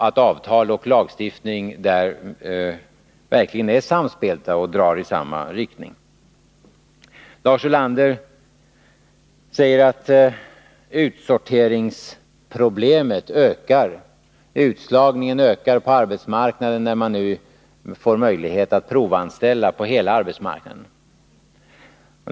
Och avtal och lagstiftning är verkligen samspelta och drar i samma riktning. Lars Ulander säger att utsorteringsproblemet blir större. Enligt honom ökar utslagningen på arbetsmarknaden, när det nu ges möjligheter till provanställning på hela arbetsmarknaden.